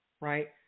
right